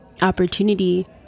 opportunity